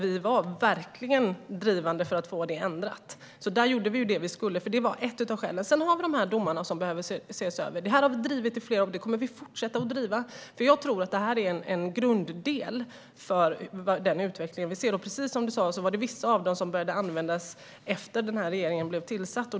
Vi var verkligen drivande för att få det ändrat, så där gjorde vi det vi skulle. Det var ett av skälen. Sedan har vi domarna som behöver ses över. Detta har vi drivit i flera år, och det kommer vi att fortsätta med. Jag tror att detta är en grunddel i den utveckling vi ser. Precis som du sa började vissa av dem användas efter det att denna regering tillträtt.